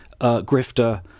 grifter